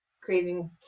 craving